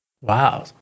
Wow